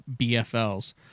BFLs